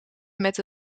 met